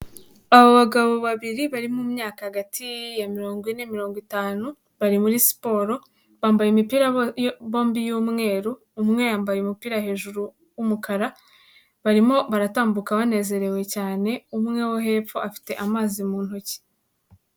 Aba bagabo babiri bari mu myaka hagati ya mirongo ine mirongo itanu bari muri siporo, bambaye imipira bombi y'umweru umwe yambaye umupira hejuru w'umukara barimo baratambuka banezerewe cyane umwe wo hepfo afite amazi mu ntoki.